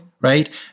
right